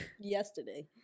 yesterday